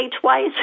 twice